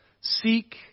Seek